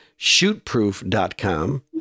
shootproof.com